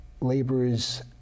laborers